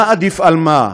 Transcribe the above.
מה עדיף על מה,